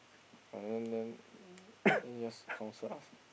uh then then then just counsel us